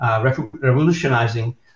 revolutionizing